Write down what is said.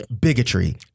bigotry